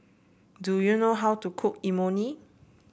do you know how to cook Imoni